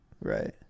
Right